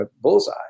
bullseye